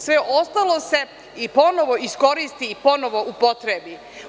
Sve ostalo se i ponovo iskoristi i ponovo upotrebi.